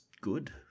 good